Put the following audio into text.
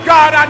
God